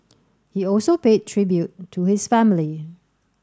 he also paid tribute to his family